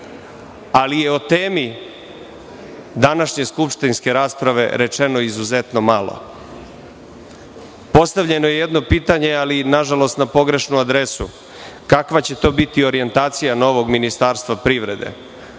ali o tomi današnje skupštinske rasprave je rečeno izuzetno malo. Postavljeno je jedno pitanje, ali je nažalost, na pogrešnu adresu - kakva će to biti orijentacija novog ministarstva privrede?